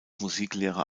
musiklehrer